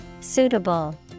Suitable